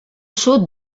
sud